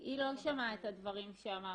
היא לא שמעה את הדברים שאמרתי,